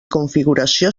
configuració